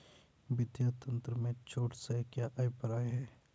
वित्तीय तंत्र में छूट से क्या अभिप्राय है?